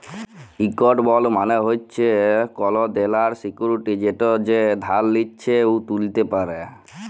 ইকট বল্ড মালে হছে কল দেলার সিক্যুরিটি যেট যে ধার লিছে উ তুলতে পারে